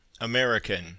American